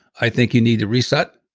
i think you need to reset.